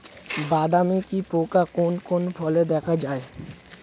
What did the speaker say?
বাদামি কি পোকা কোন কোন ফলে দেখা যায়?